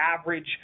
average